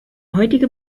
heutige